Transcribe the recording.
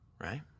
right